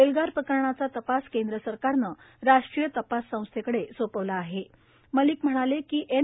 एल्गार प्रकरणाचा तपास केंद्र सरकारनं राष्ट्रीय तपास संस्थक्कड सोपवला आह मलिक म्हणाल की एन